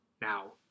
now